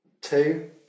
Two